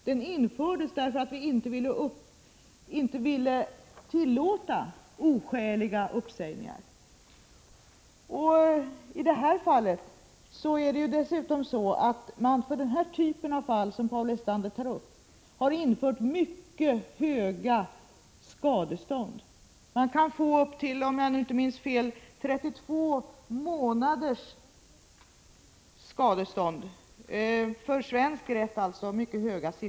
Den stiftades därför att vi inte ville tillåta oskäliga uppsägningar. För den typ av fall som Paul Lestander tar upp har det införts synnerligen höga skadestånd. Man kan, om jag nu inte minns fel, få upp till 32 månaders lön i skadestånd. För svensk rätt är det mycket höga siffror.